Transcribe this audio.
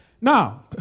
Now